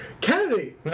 Kennedy